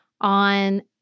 on